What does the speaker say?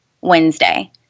Wednesday